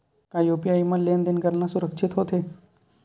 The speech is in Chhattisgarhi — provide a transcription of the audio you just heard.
का यू.पी.आई म लेन देन करना सुरक्षित होथे?